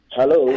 Hello